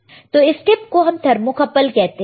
तो इस टिप को हम थर्मोकपल कहते हैं